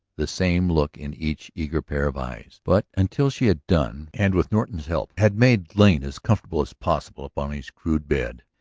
the same look in each eager pair of eyes. but until she had done and, with norton's help, had made lane as comfortable as possible upon his crude bed,